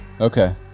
okay